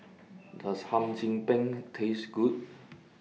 Does Hum Chim Peng Taste Good